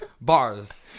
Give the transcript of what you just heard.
Bars